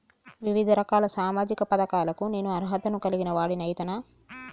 వివిధ రకాల సామాజిక పథకాలకు నేను అర్హత ను కలిగిన వాడిని అయితనా?